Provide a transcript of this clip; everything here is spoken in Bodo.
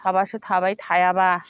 थाबासो थाबाय थायाब्ला